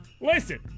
Listen